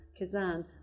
Kazan